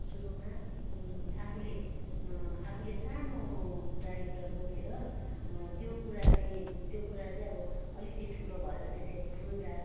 सुरुमा आफूले आफूले सानो कुरा एउटा रोपेर त्यो कुराले त्यो कुरा चाहिँ अब अलिकति ठुलो भएर त्यस्ले फुल्दा